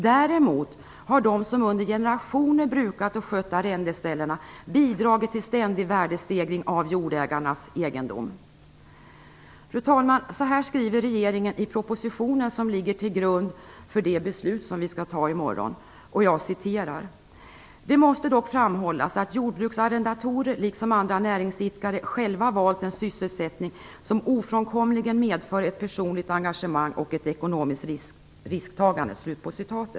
Däremot har de som under generationer brukat och skött arrendeställena bidragit till en ständig värdestegring av jordägarnas egendom. Fru talman! Så här skriver regeringen i den proposition som ligger till grund för det beslut som vi skall fatta i morgon: "Det måste dock framhållas att jordbruksarrendatorer - liksom andra näringsidkare - själva valt en sysselsättning som ofrånkomligen medför ett personligt engagemang och ett ekonomiskt risktagande."